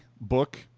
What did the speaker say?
book